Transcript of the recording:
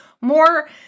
more